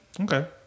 Okay